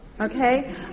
Okay